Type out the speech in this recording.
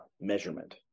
measurement